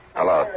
Hello